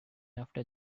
after